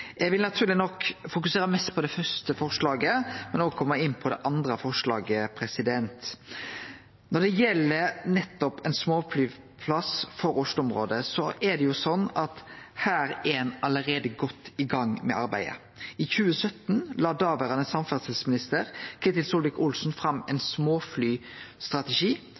Eg vil naturleg nok fokusere mest på det første forslaget, men òg kome inn på det andre forslaget. Når det gjeld nettopp ein småflyplass for Oslo-området, er det sånn at ein allereie er godt i gang med arbeidet. I 2017 la daverande samferdselsminister Ketil Solvik-Olsen fram ein småflystrategi